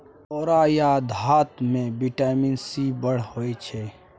औरा या धातृ मे बिटामिन सी बड़ होइ छै